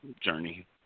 journey